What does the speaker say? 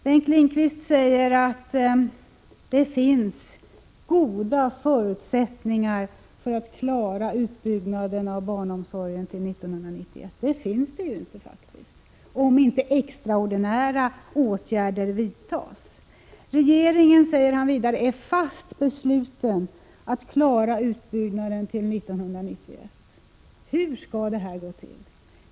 Bengt Lindqvist säger att det finns goda förutsättningar att klara utbyggnaden av barnomsorgen till 1991. Men det finns det faktiskt inte, om inte extraordinära åtgärder vidtas. Vidare säger han att regeringen är fast besluten att klara utbyggnaden till 1991. Hur skall det gå till?